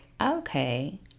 Okay